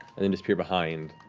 and then disappear behind,